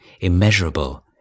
immeasurable